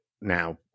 now